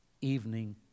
evening